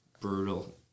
brutal